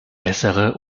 bessere